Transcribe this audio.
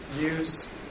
use